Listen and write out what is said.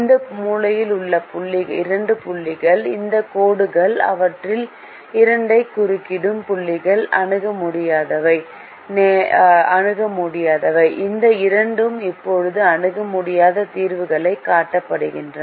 இந்த மூலையில் உள்ள இரண்டு புள்ளிகள் இந்த கோடுகள் அவற்றில் இரண்டைக் குறுக்கிடும் புள்ளிகள் அணுக முடியாதவை இந்த இரண்டும் இப்போது அணுக முடியாத தீர்வுகளாகக் காட்டப்படுகின்றன